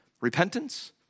repentance